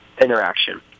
interaction